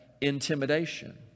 intimidation